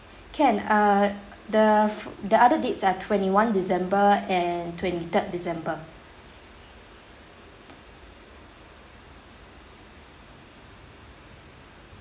can uh the f~ the other dates are twenty one december and twenty third december